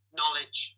knowledge